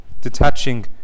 detaching